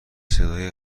صدایی